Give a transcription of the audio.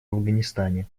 афганистане